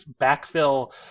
backfill